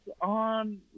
on